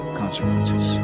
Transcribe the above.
consequences